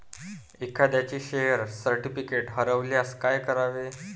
एखाद्याचे share certificate हरवल्यास काय करावे?